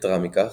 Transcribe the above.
יתרה מכך,